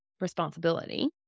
responsibility